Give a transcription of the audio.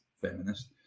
feminist